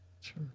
Sure